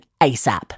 ASAP